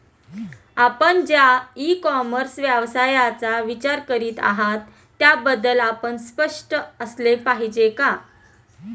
आपण ज्या e commerce व्यवसायाचा विचार करीत आहात त्याबद्दल आपण स्पष्ट असले पाहिजे का?